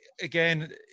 again